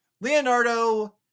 Leonardo